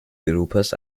europas